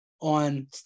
on